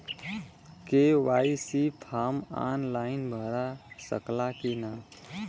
KYC form online भरा सकला की ना?